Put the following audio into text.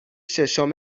ششم